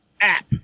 app